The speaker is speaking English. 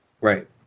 Right